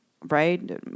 right